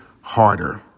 Harder